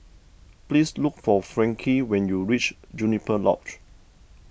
please look for Frankie when you reach Juniper Lodge